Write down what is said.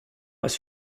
was